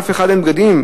לאף אחד אין בגדים,